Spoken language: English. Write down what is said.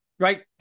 right